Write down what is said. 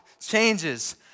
changes